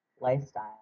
lifestyle